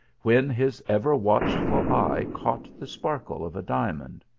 when his ever watchful eye caught the sparkle of a diamond.